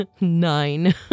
Nine